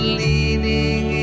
leaning